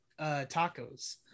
tacos